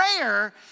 prayer